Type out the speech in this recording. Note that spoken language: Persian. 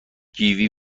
کیوی